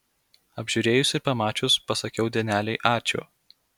apžiūrėjus ir pamačius pasakau dienelei ačiū